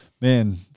man